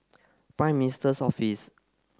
prime minister's office